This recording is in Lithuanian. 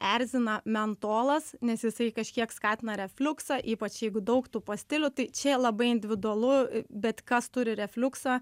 erzina mentolas nes jisai kažkiek skatina refliuksą ypač jeigu daug tų pastilių tai čia labai individualu bet kas turi refliuksą